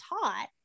taught